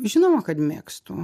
žinoma kad mėgstu